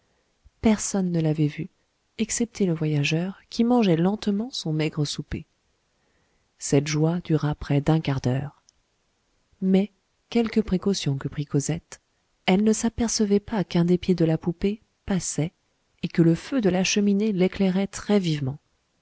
personne ne l'avait vue excepté le voyageur qui mangeait lentement son maigre souper cette joie dura près d'un quart d'heure mais quelque précaution que prit cosette elle ne s'apercevait pas qu'un des pieds de la poupée passait et que le feu de la cheminée l'éclairait très vivement